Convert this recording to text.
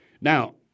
Now